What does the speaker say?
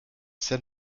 san